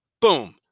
Boom